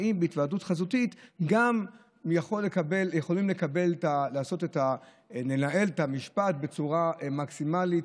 האם גם בהיוועדות חזותית יכולים לנהל את המשפט בצורה מקסימלית?